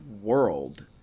world